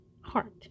heart